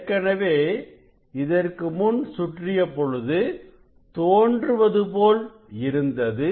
ஏற்கனவே இதற்கு முன் சுற்றிய பொழுது தோன்றுவது போல் இருந்தது